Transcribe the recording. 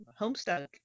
Homestuck